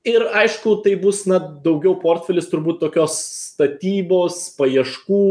ir aišku tai bus na daugiau portfelis turbūt tokios statybos paieškų